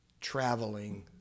traveling